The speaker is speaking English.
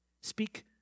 Speak